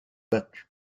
battus